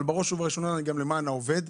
אבל בראש ובראשונה אני גם למען העובד.